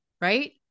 right